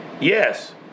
Yes